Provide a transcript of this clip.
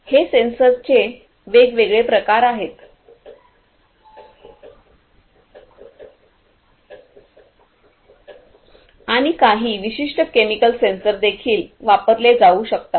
हे सेन्सर्सचे वेगवेगळे प्रकार आहेत आणि काही विशिष्ट केमिकल सेन्सर देखील वापरले जाऊ शकतात